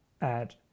add